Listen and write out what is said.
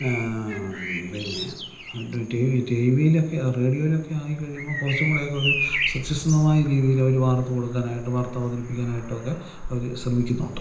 പിന്നെ ഈ T V ടി വിയിലൊക്കെ റേഡിയോയിലൊക്കെ ആയി കഴിയുമ്പം കുറച്ചും കൂടെ ഒക്കെ ഒരു സത്യസന്ധമായ രീതിയിൽ അവർ വാർത്ത കൊടുക്കാനായിട്ട് വാർത്ത അവതരിപ്പിക്കാനായിട്ടൊക്കെ അവർ ശ്രമിക്കുന്നുണ്ട്